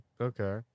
Okay